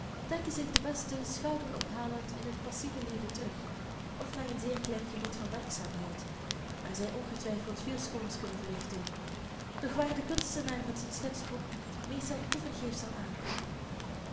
trekken zich de besten schouderophalend in het passive leven terug of naar een zeer klein gebied van werkzaamheid waar zij ongetwijfeld veel schoons kunnen verrichten doch waar de kunstenaar met zijn schetsmarcellus emants een drietal novellen boek meestal te vergeefs zal aankloppen